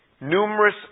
Numerous